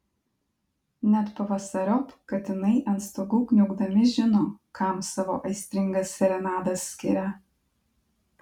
net pavasariop katinai ant stogų kniaukdami žino kam savo aistringas serenadas skiria